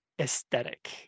aesthetic